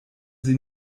sie